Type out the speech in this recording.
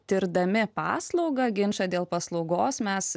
tirdami paslaugą ginčą dėl paslaugos mes